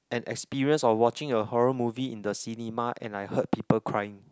an experience of watching a horror movie in the cinema and I heard people crying